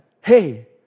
Hey